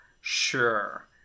sure